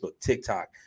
TikTok